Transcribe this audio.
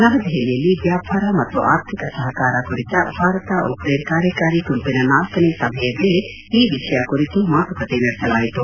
ನವದೆಹಲಿಯಲ್ಲಿ ವ್ಯಾಪಾರ ಮತ್ತು ಆರ್ಥಿಕ ಸಹಕಾರ ಕುರಿತ ಭಾರತ ಉಕ್ರೇನ್ ಕಾರ್ಯಕಾರಿ ಗುಂಪಿನ ನಾಲ್ಲನೇ ಸಭೆಯ ವೇಳೆ ಈ ವಿಷಯ ಕುರಿತು ಮಾತುಕತೆ ನಡೆಸಲಾಯಿತು